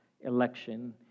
election